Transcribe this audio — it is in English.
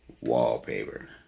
Wallpaper